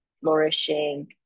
flourishing